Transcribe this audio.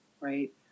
right